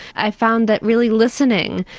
i found that really listening,